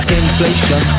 inflation